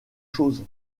chose